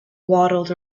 waddled